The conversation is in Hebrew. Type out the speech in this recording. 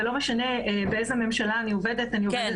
ולא משנה באיזו ממשלה אני עובדת - אני עובדת בשביל האזרח.